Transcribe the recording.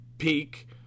Peak